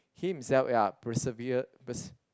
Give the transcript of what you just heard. he himself ya persevered